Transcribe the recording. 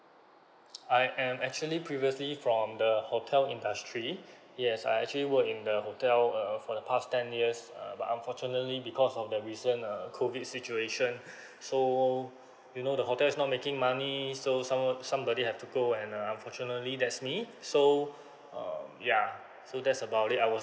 I am actually previously from the hotel industry yes I actually worked in the hotel uh for the past ten years um unfortunately because of the recent uh COVID situation so you know the hotel is not making money so some~ somebody have to go and uh unfortunately that's me so uh yeah so that's about it I was